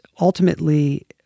ultimately